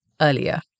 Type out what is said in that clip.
earlier